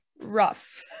rough